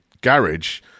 garage